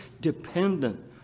dependent